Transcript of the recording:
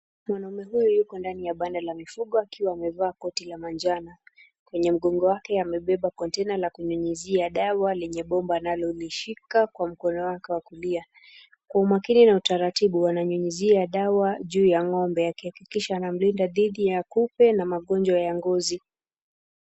Mwanaume huyu yuko ndani ya banda la mifugo akiwa amevaa koti la majano. Kwenye mgongo wake amebeba container la kunyunyizia dawa lenye bomba analolishika kwa mkono wake wa kulia. Kwa umakini na utaratibu, ananyunyizia dawa juu ya ng'ombe akihakikisha anamlinda dhidi ya kupe na magonjwa ya ngozi.